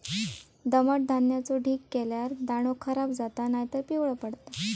दमट धान्याचो ढीग केल्यार दाणो खराब जाता नायतर पिवळो पडता